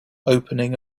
opening